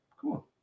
Cool